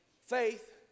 faith